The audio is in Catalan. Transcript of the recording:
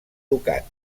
ducat